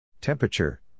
Temperature